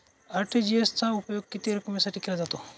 RTGS चा उपयोग किती रकमेसाठी केला जातो?